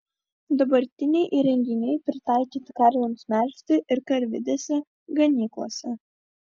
dabartiniai įrenginiai pritaikyti karvėms melžti ir karvidėse ganyklose